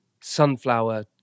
Sunflower